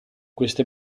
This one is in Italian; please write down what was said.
queste